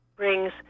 brings